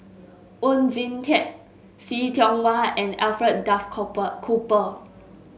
Oon Jin Teik See Tiong Wah and Alfred Duff Cooper